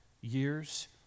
years